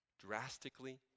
drastically